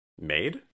made